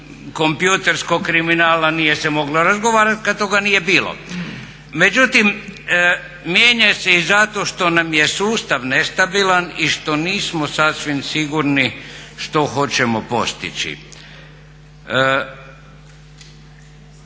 kompjuterskog kriminala nije se moglo razgovarati kada toga nije bilo, međutim mijenja se i zato što nam je sustav nestabilan i što nismo sasvim sigurni što hoćemo postići.